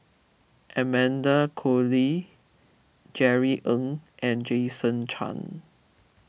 Amanda Koe Lee Jerry Ng and Jason Chan